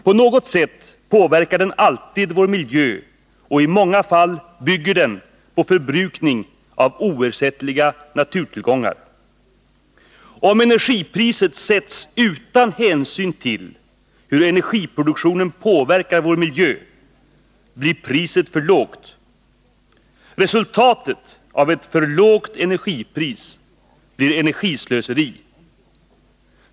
På något sätt påverkar den alltid vår miljö, och i många fall bygger den på förbrukning av oersättliga naturtillgångar. Om energipriset sätts utan hänsyn till hur energiproduktionen påverkar vår miljö blir priset för lågt. Resultatet av ett för lågt energipris blir energislöseri.